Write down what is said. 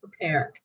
prepared